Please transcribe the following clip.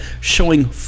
showing